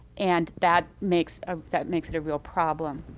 and that makes ah that makes it a real problem.